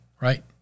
Right